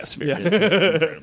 Yes